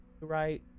right